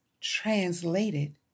translated